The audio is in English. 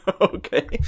Okay